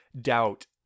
doubt